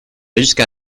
jusqu’à